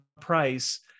price